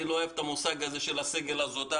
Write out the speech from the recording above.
אני לא אוהב את המושג הזה של הסגל הזוטר.